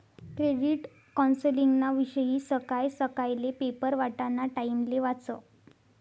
credit कौन्सलिंगना विषयी सकाय सकायले पेपर वाटाना टाइमले वाचं